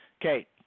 Okay